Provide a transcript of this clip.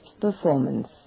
performance